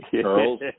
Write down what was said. Charles